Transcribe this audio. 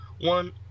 one